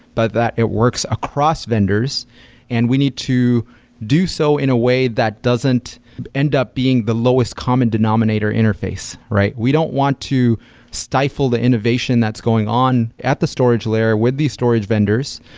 but that it works across vendors and we need to do so in a way that doesn't end up being the lowest common denominator interface. we don't want to stifle the innovation that's going on at the storage layer with these storage vendors.